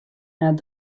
and